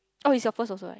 oh it's your first also eh